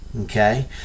okay